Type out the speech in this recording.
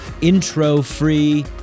intro-free